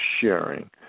sharing